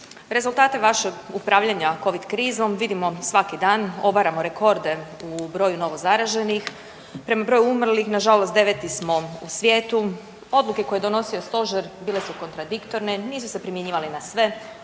Rezultate vašeg upravljanja covid krizom vidimo svaki dan, obaramo rekorde u broju novozaraženih, prema broju umrlih nažalost 9. smo u svijetu, odluke koje je donosio stožer bile su kontradiktorne, nisu se primjenjivali na sve,